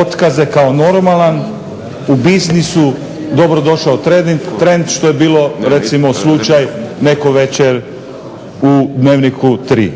otkaze kao normalan, u biznisu dobrodošao trend što je bilo recimo slučaj neko večer u Dnevniku 3.